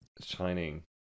shining